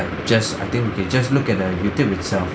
just I think we can just look at the Youtube itself